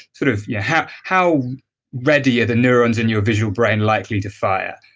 sort of yeah how ready are the neurons in your visual brain likely to fire?